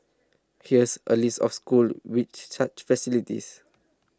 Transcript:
here's a list of schools with such facilities